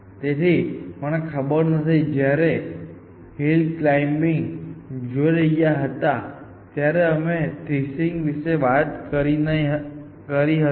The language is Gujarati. તેથી મને ખબર નથી કે જ્યારે હિલ ક્લાઇમિંગ જોઈ રહ્યા હતા ત્યારે અમે થ્રેસીંગ વિશે વાત કરી હતી નહીં પરંતુ શું તમે હિલ ક્લાઇમિંગ ની કલ્પના કરી શકો છો જે ગિરિમાળા જેવું છે